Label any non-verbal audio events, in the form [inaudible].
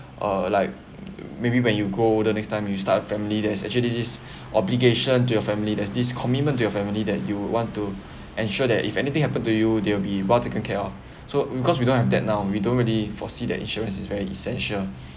uh like maybe when you grow older next time you start a family there is actually this obligation to your family there's this commitment to your family that you would want to ensure that if anything happen to you they'll be well taken care of so because we don't have that now we don't really foresee that insurance is very essential [breath]